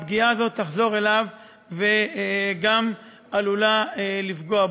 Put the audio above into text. הפגיעה הזאת תחזור אליו ועלולה לפגוע בו.